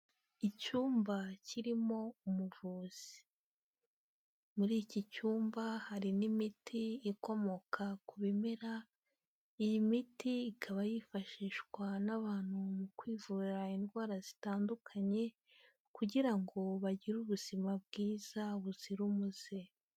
Icyumba kirimo umuvuzi. Muri iki cyumba harimo imiti ikomoka ku bimera. Iyi miti ikaba yifashishwa n'abantu mu kwivura indwara zitandukanye kugira ngo bagire ubuzima bwiza buzira umuze.